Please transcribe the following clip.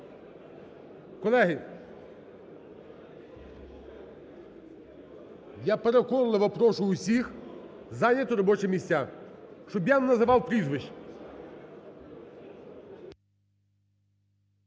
Колеги, я переконливо прошу усіх зайняти робочі місця, щоб я не називав прізвищ.